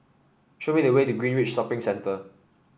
show me the way to Greenridge Shopping Centre